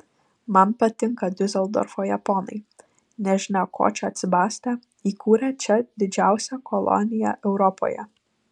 man patinka diuseldorfo japonai nežinia ko čia atsibastę įkūrę čia didžiausią koloniją europoje